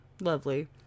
Lovely